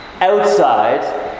outside